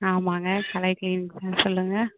ஆமாம்ங்க கலை கிளீனிக் தான் சொல்லுங்கள்